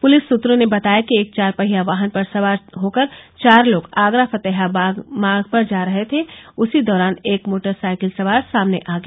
police सूत्रों ने बताया कि एक चारपहिया वाहन पर सवार होकर चार लोग आगरा फतेहाबाद मार्ग पर जा रहे थे उसी दौरान एक मोटरसाइकिल सवार सामने आ गया